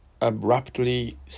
abruptly